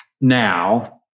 now